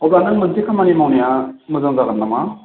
अब्ला नों मोनसे खामानि मावनाया मोजां जागोन नामा